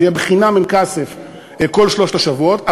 זה יהיה חינם אין כסף כל שלושת השבועות,